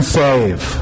save